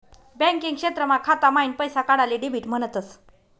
banking क्षेत्रमा खाता माईन पैसा काढाले डेबिट म्हणतस